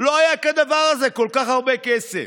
לא היה כדבר הזה, כל כך הרבה כסף.